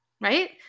right